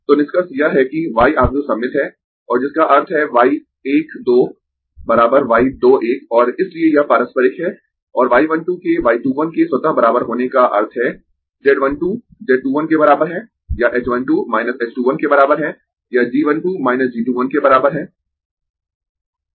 तो निष्कर्ष यह है कि y आव्यूह सममित है और जिसका अर्थ है y एक दो y 2 1 और इसलिए यह पारस्परिक है और y 1 2 के y 2 1 के स्वतः बराबर होने का का अर्थ है z 1 2 z 2 1 के बराबर है या h 1 2 h 2 1 के बराबर है या G 1 2 g 2 1 के बराबर है